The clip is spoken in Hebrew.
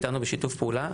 הם איתנו בשיתוף פעולה,